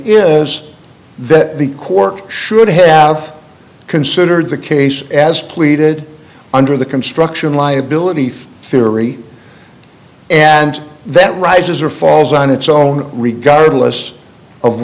is that the court should have considered the case as pleaded under the construction liability theory and that rises or falls on its own regardless of